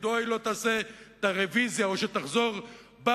מדוע שהיא לא תעשה את הרוויזיה או שתחזור בה